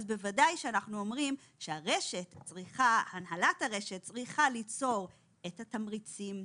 אז בוודאי שאנחנו אומרים שהנהלת הרשת צריכה ליצור את התמריצים,